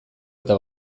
eta